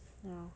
ya